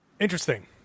Interesting